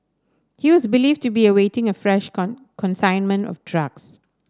he was believed to be awaiting a fresh consignment of drugs